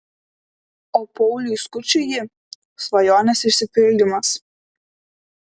o pauliui skučui ji svajonės išsipildymas